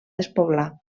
despoblar